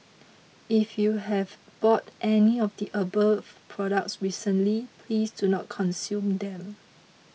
if you have bought any of the above products recently please do not consume them